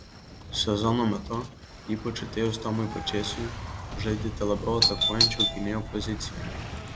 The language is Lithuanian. sezono metu ypač atėjus tomui pačėsui žaidėte labiau atakuojančio gynėjo pozicijoje